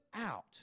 out